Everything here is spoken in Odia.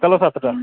ସକାଳ ସାତଟା